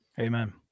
Amen